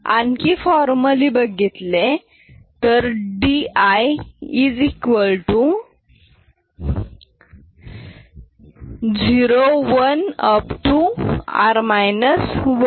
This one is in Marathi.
आणखी फॉर्मली बघितले तर di 01 r 1 dn d1d0